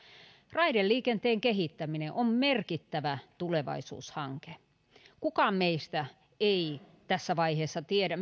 raideliikenteen kehittäminen on merkittävä tulevaisuushanke kukaan meistä ei tässä vaiheessa tiedä